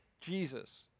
Jesus